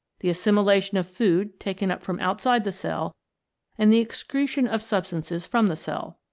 the assimilation of food taken up from outside the cell and the excretion of substances from the cell.